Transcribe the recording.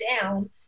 down